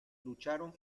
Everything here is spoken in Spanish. lucharon